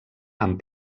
amb